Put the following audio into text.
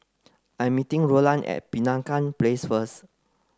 I'm meeting Rolland at Penaga Place first